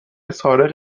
سارق